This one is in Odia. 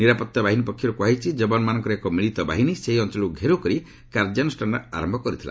ନିରାପତ୍ତା ବାହିନୀ ପକ୍ଷରୁ କୁହାଯାଇଛି ଯବାନମାନଙ୍କର ଏକ ମିଳିତ ବାହିନୀ ସେହି ଅଞ୍ଚଳକ୍ ଘେରାଉ କରି କାର୍ଯ୍ୟାନୃଷ୍ଣାନ ଆରମ୍ଭ କରିଥିଲା